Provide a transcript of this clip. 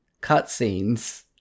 cutscenes